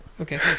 okay